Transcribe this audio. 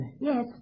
Yes